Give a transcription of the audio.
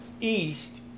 east